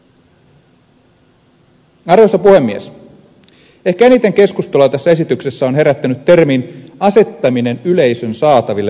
ehkä eniten keskustelua tässä esityksessä on herättänyt termin asettaminen yleisön saataville määritelmä